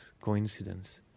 coincidence